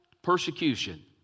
persecution